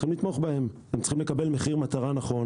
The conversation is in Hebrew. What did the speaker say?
הם צריכים לקבל מחיר מטרה נכון,